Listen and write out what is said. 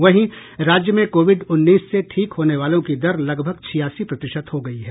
वहीं राज्य में कोविड उन्नीस से ठीक होने वालों की दर लगभग छियासी प्रतिशत हो गयी है